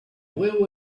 will